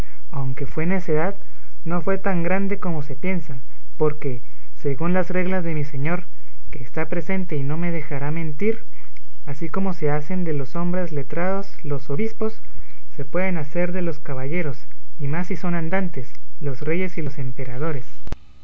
aunque fue necedad no fue tan grande como se piensa porque según las reglas de mi señor que está presente y no me dejará mentir así como se hacen de los hombres letrados los obispos se pueden hacer de los caballeros y más si son andantes los reyes y los